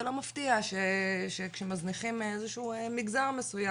זה לא מפתיע שכשמזניחים איזה שהוא מגזר מסוים,